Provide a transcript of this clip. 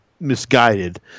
Misguided